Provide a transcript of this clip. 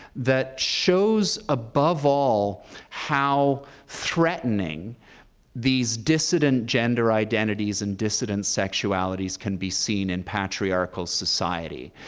that shows above all how threatening these dissident gender identities and dissident sexualities can be seen in patriarchal society,